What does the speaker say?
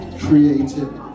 creativity